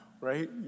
right